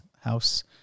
house